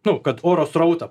nu kad oro srautą